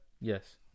Yes